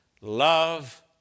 love